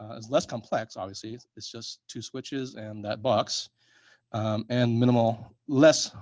ah it's less complex obviously it's it's just two switches and that box and minimal, less,